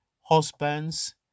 husbands